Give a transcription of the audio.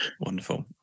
Wonderful